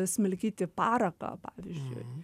smilkyti paraką pavyzdžiui